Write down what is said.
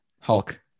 Hulk